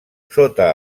sota